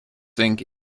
think